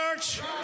church